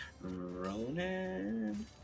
Ronan